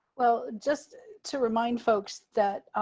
well, just to remind folks that